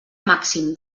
màxim